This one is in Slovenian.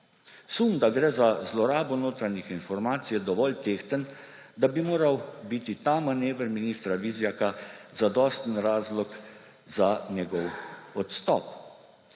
Sum, da gre za zlorabo notranjih informacij, je dovolj tehten, da bi moral biti ta manever ministra Vizjaka zadosten razlog za njegov odstop.